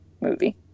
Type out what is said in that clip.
movie